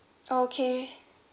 okay